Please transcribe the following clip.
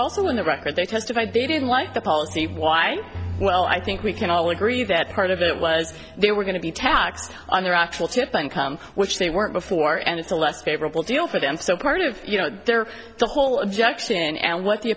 also in the record they testified they didn't like the policy why well i think we can all agree that part of it was they were going to be taxed on their actual tip income which they weren't before and it's a less favorable deal for them so part of you know their the whole objection and what the